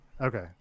Okay